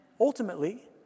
ultimately